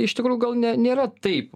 iš tikrųjų gal ne nėra taip